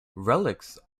relics